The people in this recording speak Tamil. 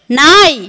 நாய்